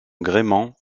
gréement